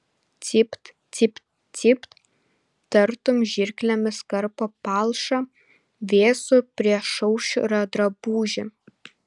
cipt cipt cipt tartum žirklėmis karpo palšą vėsų priešaušrio drabužį